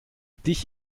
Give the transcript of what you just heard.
dich